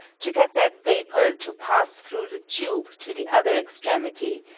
to get that vapor to pass through the tube to the other extremity,